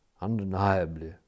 Undeniably